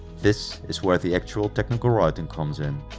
this is where the actual technical writing comes in.